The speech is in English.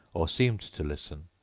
or seemed to listen,